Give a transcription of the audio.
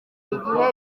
igihe